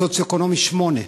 סוציו-אקונומי 8,